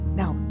now